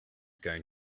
going